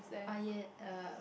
I yeah uh